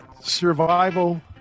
survival